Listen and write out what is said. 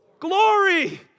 Glory